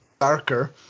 darker